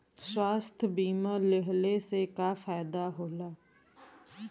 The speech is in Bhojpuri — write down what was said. स्वास्थ्य बीमा लेहले से का फायदा होला?